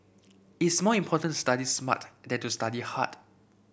it's more important study smart than to study hard